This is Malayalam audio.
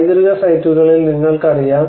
പൈതൃക സൈറ്റുകളിൽ നിങ്ങൾക്കറിയാം